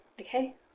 okay